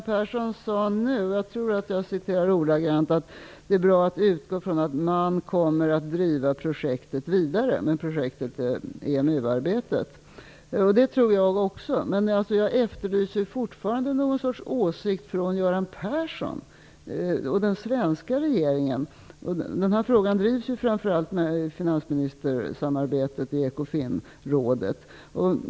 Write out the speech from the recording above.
Fru talman! Göran Persson sade att det är bra att utgå från att man kommer att driva projektet vidare - alltså projektet med EMU-arbetet. Det tror jag också, men jag efterlyser fortfarande någon sorts åsikt från Göran Persson och den svenska regeringen. Den här frågan drivs ju framför allt i finansministersamarbetet i Ecofinrådet.